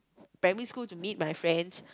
primary school to meet my friends